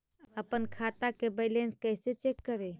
अपन खाता के बैलेंस कैसे चेक करे?